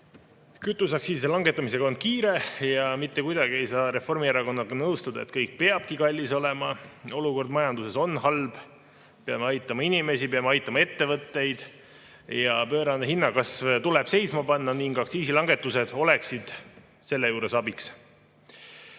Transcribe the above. Kütuseaktsiisi langetamisega on kiire ja mitte kuidagi ei saa Reformierakonnaga nõustuda, et kõik peabki kallis olema. Olukord majanduses on halb, peame aitama inimesi, peame aitama ettevõtteid. Pöörane hinnakasv tuleb seisma panna ning aktsiisilangetused oleksid selle juures abiks. Aga